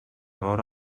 veure